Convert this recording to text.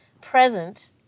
present